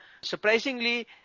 Surprisingly